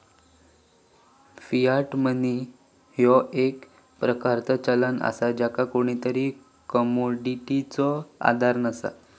Fiat money ह्यो एक प्रकारचा चलन असा ज्याका कोणताही कमोडिटीचो आधार नसा